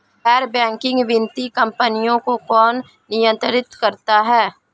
गैर बैंकिंग वित्तीय कंपनियों को कौन नियंत्रित करता है?